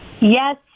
Yes